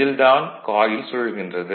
இதில் தான் காயில் சுழல்கின்றது